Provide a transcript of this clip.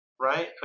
right